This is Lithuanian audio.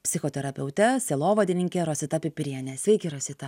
psichoterapeute sielovadininke rosita pipiriene sveiki rosita